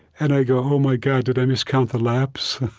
and i go, oh, my god, did i miscount the laps?